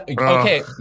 Okay